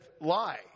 lie